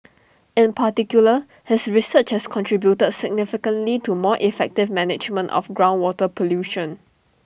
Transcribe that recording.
in particular his research has contributed significantly to more effective management of groundwater pollution